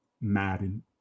Madden